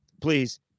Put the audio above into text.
please